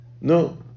No